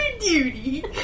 duty